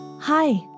Hi